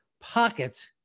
pocket